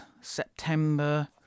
september